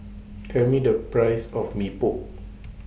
Tell Me The Price of Mee Pok